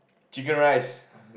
chicken rice